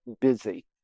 busy